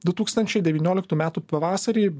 du tūkstančiai devynioliktų metų pavasarį